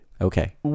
Okay